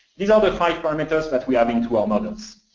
these are the five parameters that we have into our models.